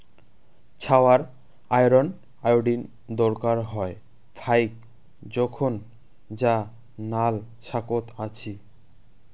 ছাওয়ার iron, iodine দরকার হয় ফাইক জোখন যা নাল শাকত আছি